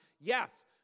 Yes